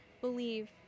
believe